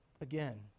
again